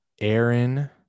Aaron